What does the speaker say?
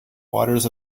waters